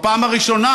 בפעם הראשונה,